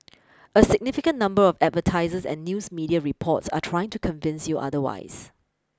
a significant number of advertisers and news media reports are trying to convince you otherwise